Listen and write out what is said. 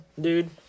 dude